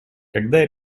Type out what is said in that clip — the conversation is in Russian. когда